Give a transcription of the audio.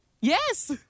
Yes